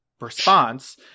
response